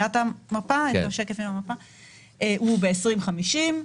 הוא ב-2050.